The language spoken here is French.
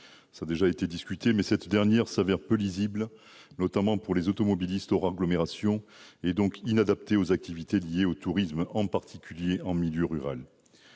cela a déjà été évoqué -, mais cette dernière s'avère peu lisible, notamment pour les automobilistes hors agglomération, et donc inadaptée aux activités liées au tourisme, en particulier en milieu rural.